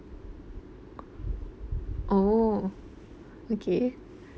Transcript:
oh okay